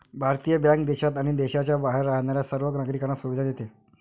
भारतीय बँक देशात आणि देशाच्या बाहेर राहणाऱ्या सर्व नागरिकांना सुविधा देते